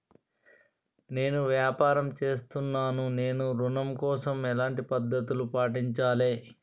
నేను వ్యాపారం చేస్తున్నాను నేను ఋణం కోసం ఎలాంటి పద్దతులు పాటించాలి?